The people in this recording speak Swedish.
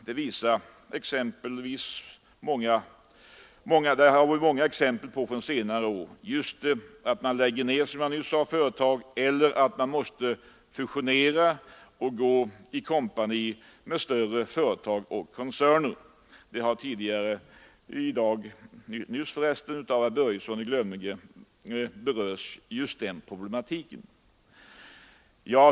det har vi många exempel på från senare år — tvingas att lägga ned eller att fusionera med större företag och koncerner. Den problematiken har herr Börjesson i Glömminge just berört.